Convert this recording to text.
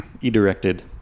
E-directed